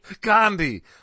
Gandhi